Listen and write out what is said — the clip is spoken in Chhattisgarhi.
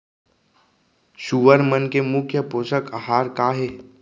सुअर मन के मुख्य पोसक आहार का हे?